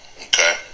Okay